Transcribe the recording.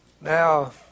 Now